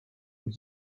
und